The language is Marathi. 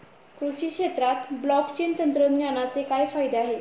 कृषी क्षेत्रात ब्लॉकचेन तंत्रज्ञानाचे काय फायदे आहेत?